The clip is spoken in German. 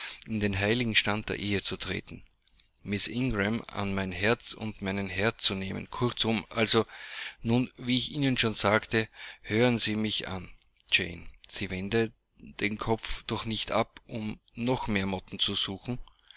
in den heiligen stand der ehe zu treten miß ingram an mein herz und meinen herd zu nehmen kurzum also nun wie ich ihnen schon sagte hören sie mich an jane sie wenden den kopf doch nicht ab um noch mehr motten zu suchen